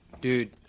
Dude